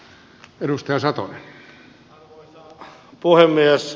arvoisa puhemies